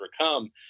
overcome